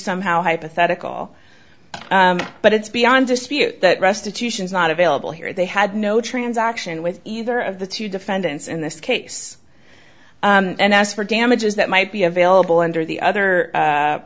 somehow hypothetical but it's beyond dispute that restitution is not available here they had no transaction with either of the two defendants in this case and as for damages that might be available under the other